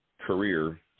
career